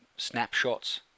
snapshots